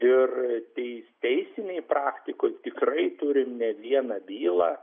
ir tei teisinėj praktikoj tikrai turim ne vieną bylą